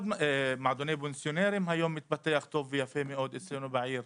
מועדוני פנסיונרים היום מתפתח יפה מאוד אצלנו בעיר,